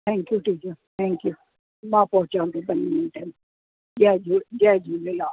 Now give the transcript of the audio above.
thank you thank you thank you मां पहुचाव थी पंज मिंटे में जय झू जय झूलेलाल